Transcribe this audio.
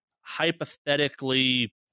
hypothetically